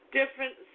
different